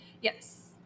Yes